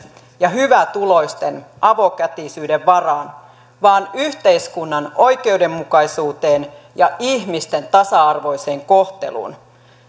ja hyvätuloisten avokätisyyden varaan vaan yhteiskunnan oikeudenmukaisuuteen ja ihmisten tasa arvoiseen kohteluun